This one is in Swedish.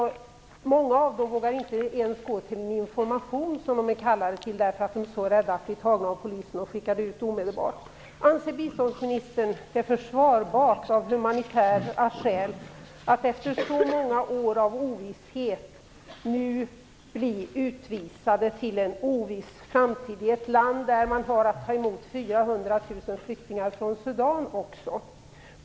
Många av dem vågar inte ens gå till en information som de är kallade till, eftersom de är så rädda för att bli tagna av polisen och utvisade omedelbart. Anser biståndsministern att det är försvarbart av humanitära skäl att efter så många år av ovisshet nu visa ut dessa människor till en oviss framtid i ett land där man även har att ta emot 400 000 flyktingar från Sudan?